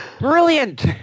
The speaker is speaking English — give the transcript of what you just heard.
Brilliant